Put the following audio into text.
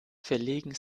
verlegen